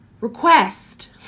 request